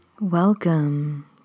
Welcome